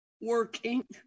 working